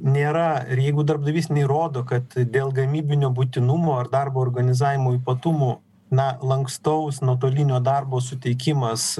nėra ir jeigu darbdavys neįrodo kad dėl gamybinio būtinumo ar darbo organizavimo ypatumų na lankstaus nuotolinio darbo suteikimas